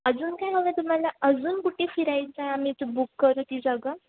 अजून काय हवं आहे तुम्हाला अजून कुठे फिरायचं आहे आम्ही तर बुक करू ती जागा